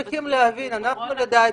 לדעתי,